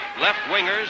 Left-wingers